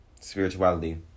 spirituality